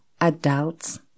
adults